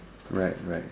right right